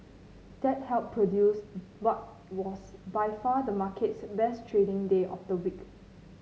that helped produce what was by far the market's best trading day of the week